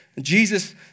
Jesus